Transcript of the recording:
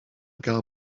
gael